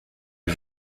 est